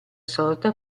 sorta